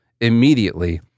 immediately